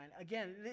Again